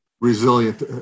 resilient